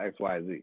xyz